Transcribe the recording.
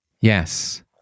yes